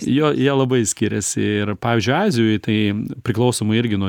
jo jie labai skiriasi ir pavyzdžiui azijoj tai priklausomai irgi nuo